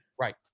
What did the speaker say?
Right